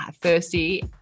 thirsty